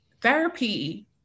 therapy